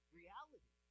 reality